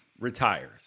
retires